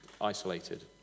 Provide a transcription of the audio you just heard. isolated